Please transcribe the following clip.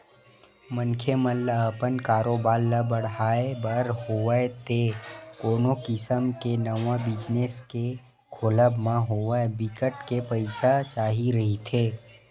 मनखे मन ल अपन कारोबार ल बड़हाय बर होवय ते कोनो किसम के नवा बिजनेस के खोलब म होवय बिकट के पइसा चाही रहिथे